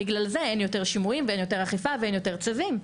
בגלל זה אין יותר שימועים ואין יותר אכיפה ואין יותר צווים.